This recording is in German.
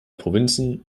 provinzen